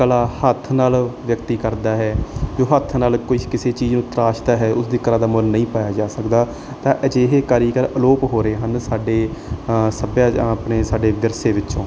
ਕਲਾ ਹੱਥ ਨਾਲ ਵਿਅਕਤੀ ਕਰਦਾ ਹੈ ਜੋ ਹੱਥ ਨਾਲ ਕੁਝ ਕਿਸੇ ਚੀਜ਼ ਨੂੰ ਤਰਾਸ਼ਦਾ ਹੈ ਉਸ ਦੀ ਕਲਾ ਦਾ ਮੁੱਲ ਨਹੀਂ ਪਾਇਆ ਜਾ ਸਕਦਾ ਤਾਂ ਅਜਿਹੇ ਕਾਰੀਗਰ ਅਲੋਪ ਹੋ ਰਹੇ ਹਨ ਸਾਡੇ ਸੱਭਿਆ ਆਪਣੇ ਸਾਡੇ ਵਿਰਸੇ ਵਿੱਚੋਂ